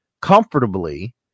comfortably